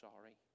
sorry